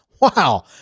Wow